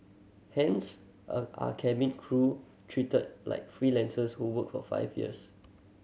hence are cabin crew treated like freelancers who work for five years